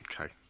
Okay